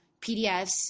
PDFs